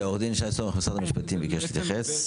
עו"ד שי סומך ממשרד המשפטים ביקש להתייחס.